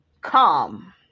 come